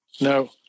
No